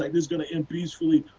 like is going to end peacefully,